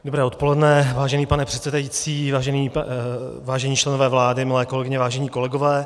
Dobré odpoledne, vážený pane předsedající, vážení členové vlády, milé kolegyně, vážení kolegové.